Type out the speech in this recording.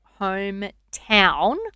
hometown